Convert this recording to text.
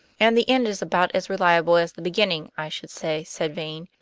and the end is about as reliable as the beginning, i should say, said vane.